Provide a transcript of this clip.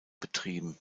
betrieben